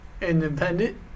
Independent